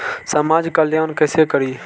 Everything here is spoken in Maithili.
समाज कल्याण केसे करी?